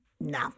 no